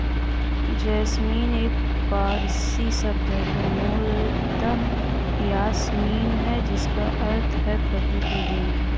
jasmine एक पारसी शब्द है जो मूलतः यासमीन है जिसका अर्थ है प्रभु की देन